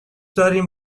داریم